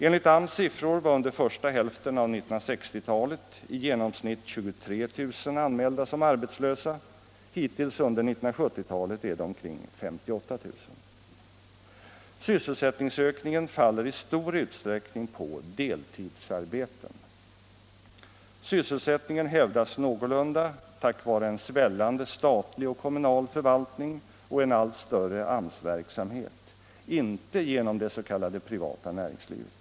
Enligt AMS siffror var under första hälften av 1960-talet i genomsnitt 23 000 anmälda som arbetslösa. Hittills under 1970-talet är det omkring 58 000. Sysselsättningsökningen faller i stor utsträckning på deltidsarbeten. Sysselsättningen hävdas någorlunda tack vare en svällande statlig och kommunal förvaltning och en allt större AMS-verksamhet, inte genom det s.k. privata näringslivet.